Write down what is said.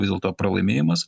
vis dėlto pralaimėjimas